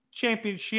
championship